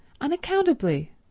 unaccountably